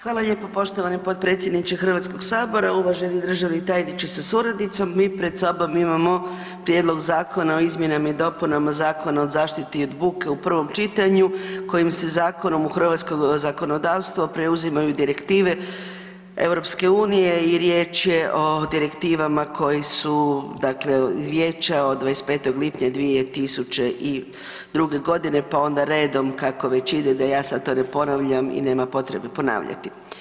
Hvala lijepo poštovani potpredsjedniče HS-a, uvaženi državni tajniče sa suradicom, mi pred sobom imamo Prijedlog zakona o izmjenama i dopunama Zakona o zaštiti od buke u prvom čitanju, kojim se zakonom u hrvatsko zakonodavstvo preuzimaju direktive EU i riječ je o direktivama koje su, dakle Vijeća od 25. lipnja 2002. g. pa onda redom, kako već ide, da ja sad to ne ponavljam i nema potrebe ponavljati.